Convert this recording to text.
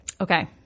Okay